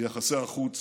ביחסי החוץ